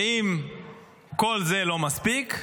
ואם כל זה לא מספיק,